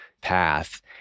path